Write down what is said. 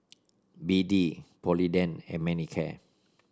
B D Polident and Manicare